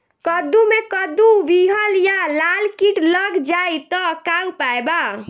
कद्दू मे कद्दू विहल या लाल कीट लग जाइ त का उपाय बा?